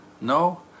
no